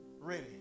ready